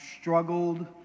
struggled